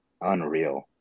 unreal